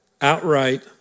Outright